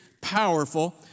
powerful